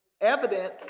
evidence